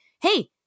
hey